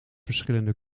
verschillende